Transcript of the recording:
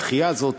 הדחייה הזאת,